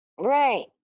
Right